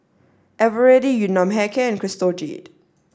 Eveready Yun Nam Hair Care and Crystal Jade